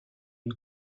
une